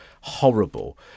horrible